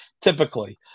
Typically